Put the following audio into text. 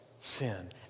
Sin